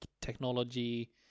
technology